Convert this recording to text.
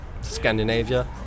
Scandinavia